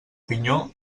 pinyó